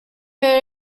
her